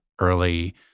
early